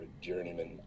journeyman